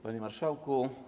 Panie Marszałku!